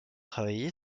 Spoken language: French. travaillé